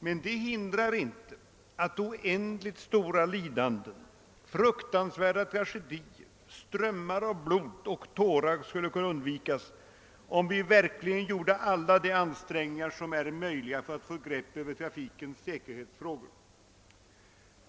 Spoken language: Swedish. Men det hindrar inte att oändligt stora lidanden, fruktansvärda tragedier och strömmar av blod och tårar skulle kunna undvikas, om vi verkligen gjorde alla de ansträngningar som är möjliga för att få grepp om trafikens säkerhetsfrågor.